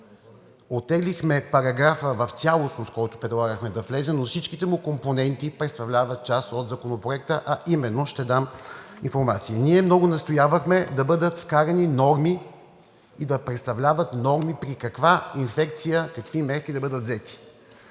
Оттеглихме параграфа в цялостност, с който предлагахме да влезем, но всичките му компоненти представляват част от Законопроекта, а именно ще дам информация. Ние много настоявахме да бъдат вкарани норми и да представлява норми при каква инфекция какви мерки да бъдат взети.